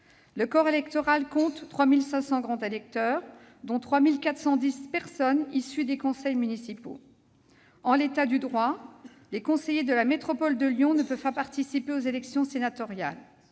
Le corps électoral compte 3 500 grands électeurs, dont 3 410 issus des conseils municipaux. En l'état du droit, les conseillers de la métropole de Lyon ne peuvent pas participer aux élections sénatoriales.